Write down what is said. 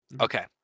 Okay